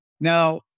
Now